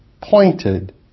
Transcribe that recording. pointed